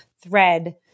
thread